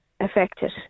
affected